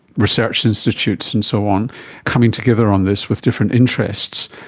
research institutes and so on coming together on this with different interests.